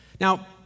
Now